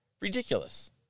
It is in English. Ridiculous